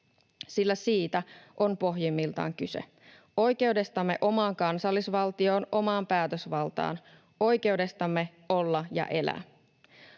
sillä siitä on pohjimmiltaan kyse: oikeudestamme omaan kansallisvaltioon, omaan päätösvaltaan, oikeudestamme olla ja elää.